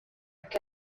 que